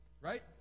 Right